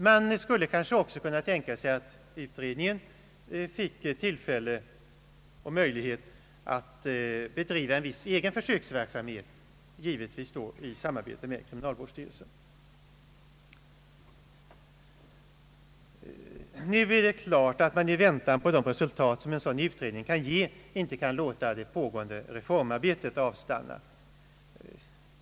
Man skulle kanske också kunna tänka sig att utredningen fick tillfälle och möjlighet att bedriva en viss egen försöksverksamhet, givetvis i samarbete med kriminalvårdsstyrelsen. Självfallet kan man inte i väntan på det resultat en sådan utredning kan ge låta det pågående reformarbetet avstanna.